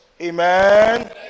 Amen